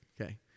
Okay